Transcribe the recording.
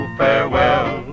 farewell